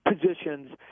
positions